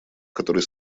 которой